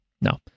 No